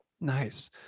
nice